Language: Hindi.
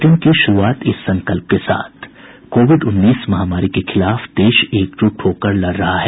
बुलेटिन की शुरूआत इस संकल्प के साथ कोविड उन्नीस महामारी के खिलाफ देश एकजुट होकर लड़ रहा है